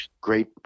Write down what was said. great